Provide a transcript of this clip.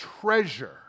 treasure